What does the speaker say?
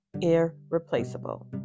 irreplaceable